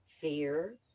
fear